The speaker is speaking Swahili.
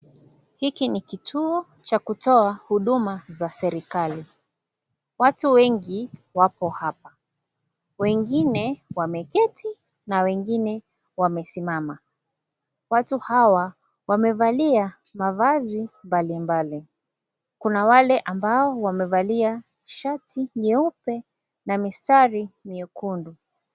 "Hiki ni kituo cha kutoa huduma za serikali. Watu wengi wapo hapa; wengine wameketi na wengine wamesimama. Watu hawa wamevalia mavazi mbalimbali. Kuna wale ambao wamevalia shati nyeupe na mistari mwekundu."